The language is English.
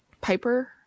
Piper